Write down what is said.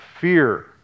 fear